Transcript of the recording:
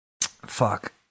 Fuck